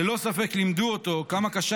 ניסיונו האישי ללא ספק לימד אותו כמה קשה